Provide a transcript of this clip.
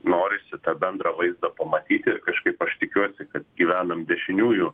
norisi tą bendrą vaizdą pamatyti ir kažkaip aš tikiuosi kad gyvenam dešiniųjų